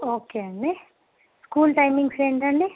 okay అండి school timings ఏంటండి